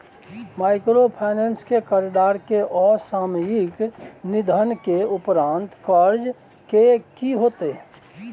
Microfinance के कर्जदार के असामयिक निधन के उपरांत कर्ज के की होतै?